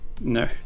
No